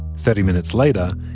thirty minutes later,